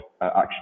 action